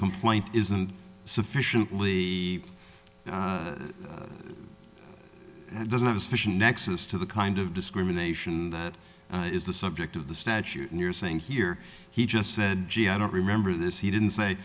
complaint isn't sufficiently and doesn't have a sufficient nexus to the kind of discrimination that is the subject of the statute and you're saying here he just said i don't remember this he didn't say